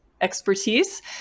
expertise